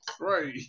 Right